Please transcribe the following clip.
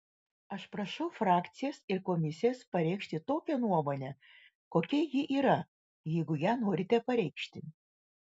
aš prašau frakcijas ir komisijas pareikšti tokią nuomonę kokia ji yra jeigu ją norite pareikšti